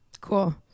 cool